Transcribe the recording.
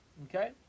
Okay